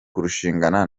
kurushingana